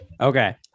Okay